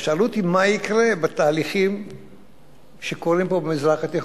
שאלו אותי מה יקרה בתהליכים שקורים פה במזרח התיכון,